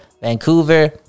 Vancouver